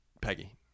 Peggy